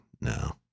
no